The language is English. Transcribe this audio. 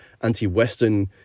anti-western